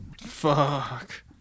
Fuck